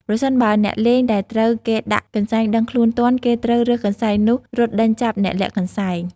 ប្រសិនបើអ្នកលេងដែលត្រូវគេដាក់កន្សែង ដឹងខ្លួនទាន់ គេត្រូវរើសកន្សែងនោះរត់ដេញចាប់អ្នកលាក់កន្សែង ។